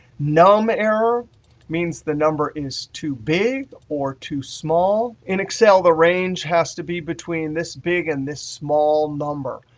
num error means the number is too big or too small. in excel, the range has to be between this big and this small number.